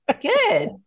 Good